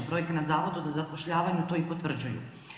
Brojke na zavodu za zapošljavanju to i potvrđuju.